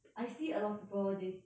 I see a lot of people they